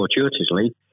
fortuitously